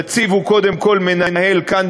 תציבו קודם כול מנהל כאן,